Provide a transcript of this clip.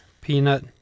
Peanut